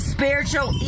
Spiritual